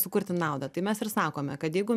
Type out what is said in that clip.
sukurti naudą tai mes ir sakome kad jeigu